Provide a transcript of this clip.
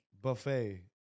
Buffet